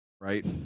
right